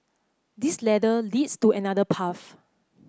this ladder leads to another path